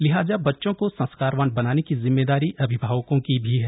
लिहाजा बच्चों को संस्कारवान बनाने की जिम्मेदारी अभिभावकों की भी है